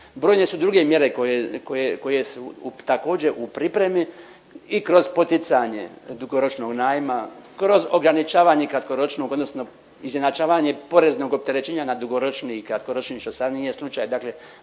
Brojne su druge mjere koje su u također, u pripremi i kroz poticanje dugoročnog najma, kroz ograničavanje kratkoročnog odnosno izjednačavanje poreznog opterećenja na dugoročni i kratkoročni, što sad nije slučaj, dakle